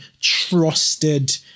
trusted